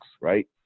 right